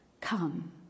come